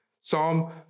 Psalm